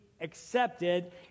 accepted